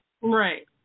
Right